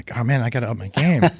oh man, i've got to up my game.